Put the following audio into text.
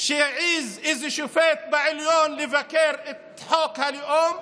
שאיזה שופט בעליון העז לבקר את חוק הלאום,